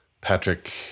Patrick